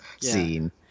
scene